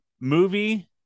movie